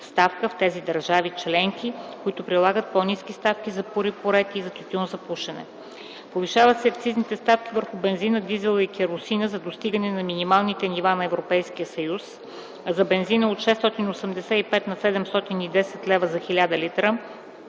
ставка в тези държави членки, които прилагат по-ниски ставки за пури и пурети и за тютюн за пушене. 2. Повишават се акцизните ставки върху бензина, дизела и керосина за достигане на минималните нива за ЕС: - за бензина - от 685 на 710 лв. за 1000 л,